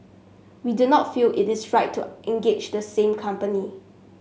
we do not feel it is right to engage the same company